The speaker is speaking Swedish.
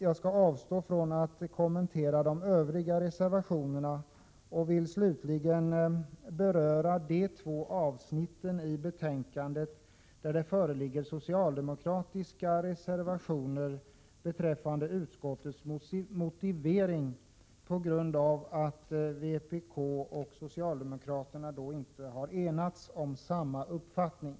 Jag avstår från att kommentera de övriga reservationerna och vill slutligen beröra de två avsnitt i betänkandet där det föreligger socialdemokratiska reservationer beträffande utskottets motivering, på grund av att vpk och socialdemokraterna inte enats om samma uppfattning.